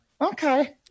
okay